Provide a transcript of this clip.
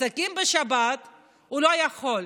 עסקים בשבת הוא לא יכול?